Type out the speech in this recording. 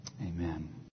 Amen